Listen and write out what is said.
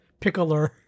pickler